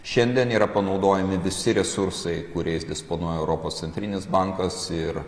šiandien yra panaudojami visi resursai kuriais disponuoja europos centrinis bankas ir